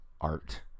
art